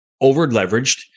over-leveraged